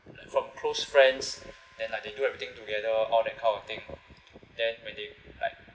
like from close friends then like they do everything together all that kind of thing then when they like